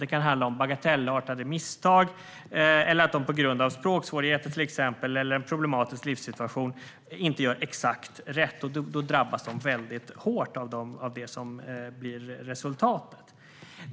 Det kan handla om bagatellartade misstag eller att människor på grund av språksvårigheter eller en problematisk livssituation inte gör exakt rätt, och då drabbas de väldigt hårt av resultatet.